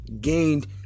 gained